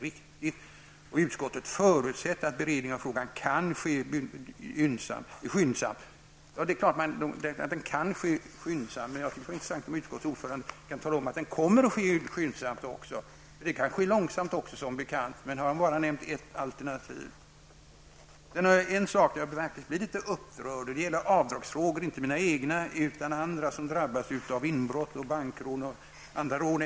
Vidare förutsätter utskottet att beredningen av frågan kan ske skyndsamt. Det är klart att den kan ske skyndsamt, men jag tycker det vore intressant om utskottets ordförande kunde tala om att den kommer att ske skyndsamt. Beredningen kan ske långsamt också som bekant. Han har bara nämnt ett alternativ. En sak som jag faktiskt blir litet upprörd över är avdragsfrågorna. Det gäller inte mina egna. Många drabbas utav inbrott, bankrån och andra rån.